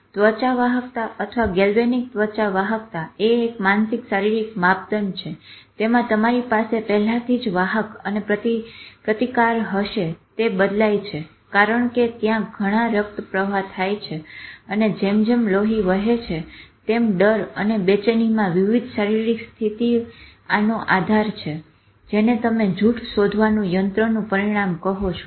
ત્વચા વાહકતા અથવા ગેલ્વેનીક ત્વચા વાહકતા એ એક માનસીક શારીરિક માંપદંડ છે તેમાં તમારી પાસે પહેલાથી જ વાહક અથવા પ્રતિકાર હશે તે બદલાય છે કારણ કે ત્યાં ઘણો રક્ત પ્રવાહ થાય છે અને જેમ જેમ લોહી વહે છે તેમ ડર અને બેચેનીમાં વિવિધ શારીરિક સ્થિતિ આનો આધાર છે જેને તમે જુઠ શોધવાનું યંત્રનું પરિમાણ કહો છો